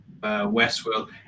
Westworld